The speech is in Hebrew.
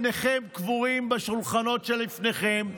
פניכם קבורים בשולחנות שלפניכם,